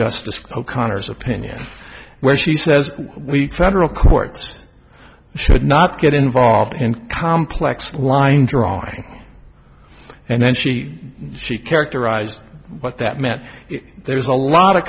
justice o'connor's opinion where she says we federal courts should not get involved in complex line drawing and then she she characterized what that meant there's a lot of